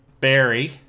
Barry